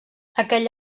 aquell